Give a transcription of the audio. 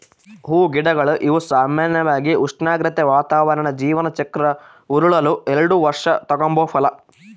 ಹೂಗಿಡಗಳು ಇವು ಸಾಮಾನ್ಯವಾಗಿ ಉಷ್ಣಾಗ್ರತೆ, ವಾತಾವರಣ ಜೀವನ ಚಕ್ರ ಉರುಳಲು ಎಲ್ಡು ವರ್ಷ ತಗಂಬೋ ಫಲ